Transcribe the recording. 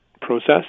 process